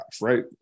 right